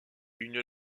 une